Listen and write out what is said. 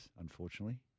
Unfortunately